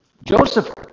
Joseph